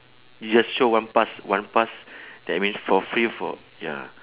we just show one pass one pass that means for free for ya